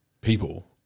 people